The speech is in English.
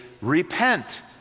repent